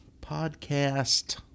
podcast